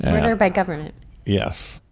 murder by government yes.